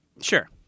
Sure